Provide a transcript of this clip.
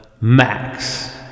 max